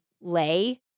lay